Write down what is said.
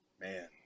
Man